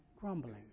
grumbling